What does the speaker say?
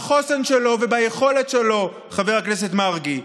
בחוסן שלו וביכולת שלו חבר הכנסת מרגי.